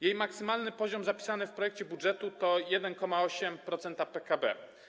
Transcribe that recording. Jego maksymalny poziom zapisany w projekcie budżetu to 1,8% PKB.